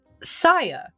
Saya